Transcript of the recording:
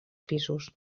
pisos